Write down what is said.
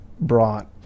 brought